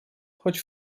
choć